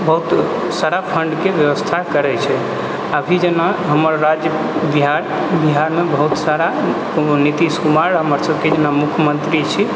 बहुत सारा फण्डके व्यवस्था करै छै अभी जेना हमर राज्य बिहार बिहारमे बहुत सारा नीतीश कुमार हमर सबके जेना मुख्यमंत्री छी